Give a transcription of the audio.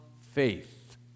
faith